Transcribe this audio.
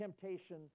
temptation